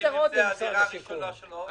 אם זו הדירה הראשונה שלו הוא זכאי למענק.